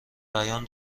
بیان